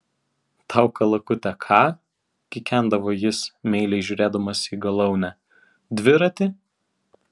tau kalakute ką kikendavo jis meiliai žiūrėdamas į galaunę dviratį